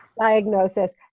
diagnosis